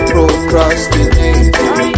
Procrastinating